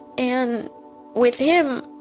and with him,